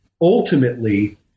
ultimately